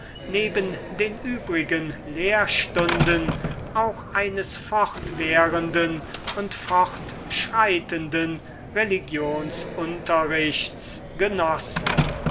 neben den übrigen lehrstunden auch eines fortwährenden und fortschreitenden religionsunterrichts genossen